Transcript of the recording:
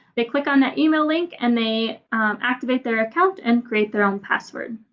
they click on the email link and they activate their account and create their own password.